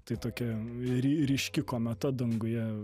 tai tokia ry ryški kometa danguje